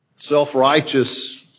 self-righteous